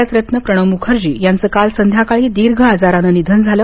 भारतरत्न प्रणव मुखर्जी याचं काल संध्याकाळी दीर्घ आजरानं निधन झालं